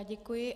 Děkuji.